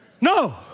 No